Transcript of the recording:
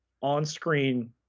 on-screen